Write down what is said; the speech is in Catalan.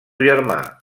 germà